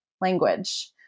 language